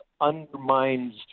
undermines